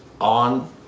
on